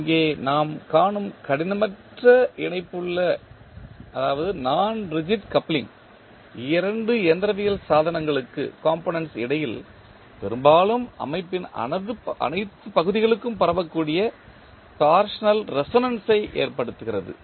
இங்கே நாம் காணும் கடினமற்ற இணைப்புள்ள இரண்டு இயந்திரவியல் சாதனங்களுக்கு இடையில் பெரும்பாலும் அமைப்பின் அனைத்து பகுதிகளுக்கும் பரவக்கூடிய டார்ஷனல் ரெசோனன்ஸ் ஐ ஏற்படுத்துகிறது